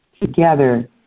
together